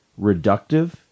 reductive